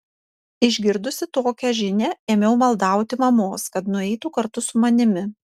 išgirdusi tokią žinią ėmiau maldauti mamos kad nueitų kartu su manimi